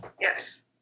yes